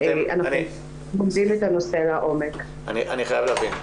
אני חייב להבין,